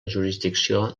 jurisdicció